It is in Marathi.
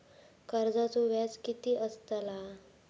कर्जाचो व्याज कीती असताला?